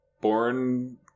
Born